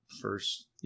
First